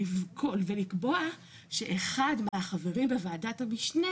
ולקבוע שאחד מהחברים בוועדת המשנה